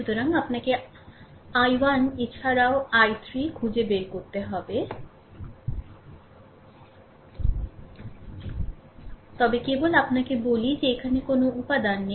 সুতরাং আপনাকে i 1 এছাড়াও i 3 খুঁজে বের করতে হবে তবে কেবল আপনাকে বলি যে এখানে কোনও উপাদান নেই